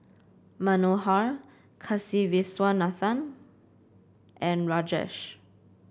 Manohar Kasiviswanathan and Rajesh